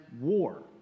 war